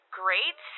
great